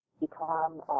become